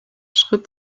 schritt